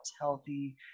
healthy